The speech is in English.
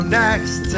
next